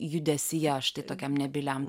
judesyje štai tokiam nebyliam